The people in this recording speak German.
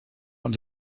und